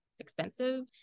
expensive